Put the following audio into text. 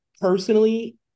personally